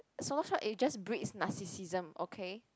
solo shot it just breeds narcissism okay